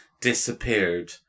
disappeared